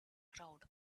crowd